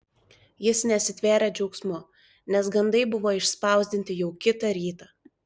jis nesitvėrė džiaugsmu nes gandai buvo išspausdinti jau kitą rytą